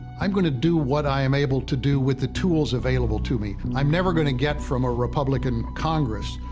i'm going to do what i'm able to do with the tools available to me. i'm never going to get, get, from a republican congress,